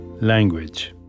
Language